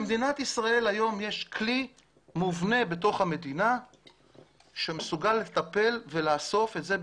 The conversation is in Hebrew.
למדינת ישראל היום יש כלי מובנה בתוך המדינה שמסוגל לטפל ולאסוף את זה.